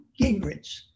Gingrich